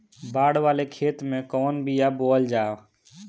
बाड़ वाले खेते मे कवन बिया बोआल जा?